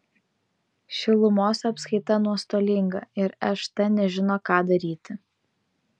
šilumos apskaita nuostolinga ir št nežino ką daryti